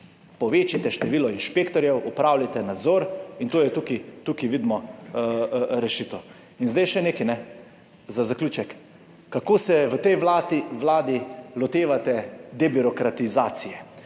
Povečajte število inšpektorjev, opravljajte nadzor in to je tukaj, kot vidimo, rešitev. In zdaj še nekaj za zaključek. Kako se v tej vladi lotevate debirokratizacije.